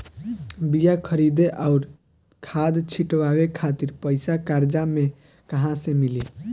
बीया खरीदे आउर खाद छिटवावे खातिर पईसा कर्जा मे कहाँसे मिली?